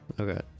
Okay